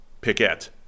Pickett